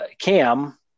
Cam